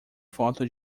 foto